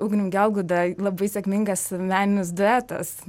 ugnium gelgūda labai sėkmingas meninis duetas